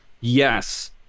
yes